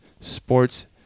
Sports